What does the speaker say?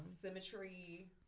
Symmetry